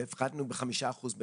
והפחתנו ב-5 אחוזים